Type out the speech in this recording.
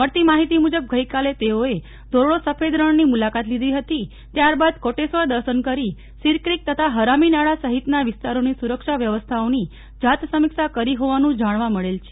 મળતી માહિતી મુજબ ગઈકાલે તેઓએ ધોરડી સફેદ રણની મુલાકાત લીધી હતી ત્યાર બાદ કોટેશ્વર દર્શન કરી સિરક્રીક તથા ફરામી નાળા સહિતના વિસ્તારોની સુરક્ષા વ્યવસ્થાઓની જાત સમીક્ષા કરી હોવાનું જાણવા મળે છે